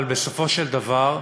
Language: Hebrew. אבל בסופו של דבר,